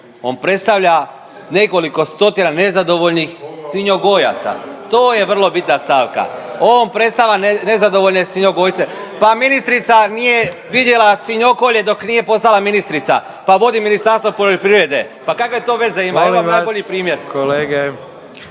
on predstavlja nekoliko stotina nezadovoljnih svinjogojaca, to je vrlo bitna stavka. On predstavlja nezadovoljne svinjogojce, pa ministrica nije vidjela svinjokolje dok nije postala ministrica pa vodi Ministarstvo poljoprivrede, pa kakve to veze ima? Evo vam najbolji primjer.